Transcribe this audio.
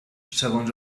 segons